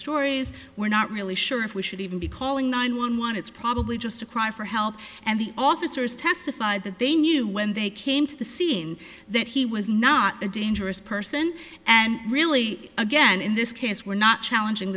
stories we're not really sure if we should even be calling nine one one it's probably just a cry for help and the officers testified that they knew when they came to the scene that he was not a dangerous person and really again in this case we're not challenging